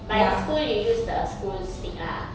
but in school you use the school stick ah